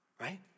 Right